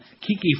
Kiki